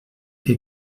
que